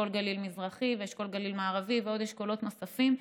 אשכול גליל מזרחי ואשכול גליל מערבי ואשכולות נוספים,